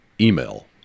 email